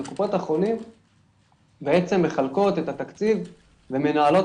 וקופות החולים מחלקות את התקציב ומנהלות